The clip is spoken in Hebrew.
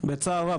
בצער רב,